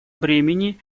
бремени